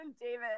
David